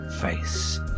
face